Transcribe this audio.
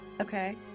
Okay